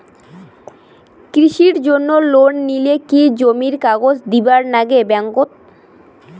কৃষির জন্যে লোন নিলে কি জমির কাগজ দিবার নাগে ব্যাংক ওত?